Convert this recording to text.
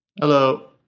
hello